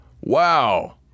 Wow